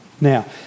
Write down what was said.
Now